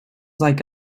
like